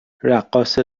رقاص